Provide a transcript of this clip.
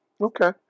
Okay